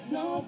no